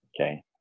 Okay